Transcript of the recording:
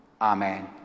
Amen